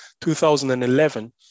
2011